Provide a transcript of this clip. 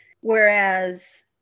Whereas